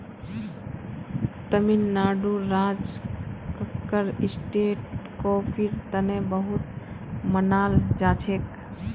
तमिलनाडुर राज कक्कर स्टेट कॉफीर तने बहुत मनाल जाछेक